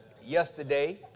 yesterday